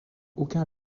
aucun